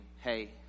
hey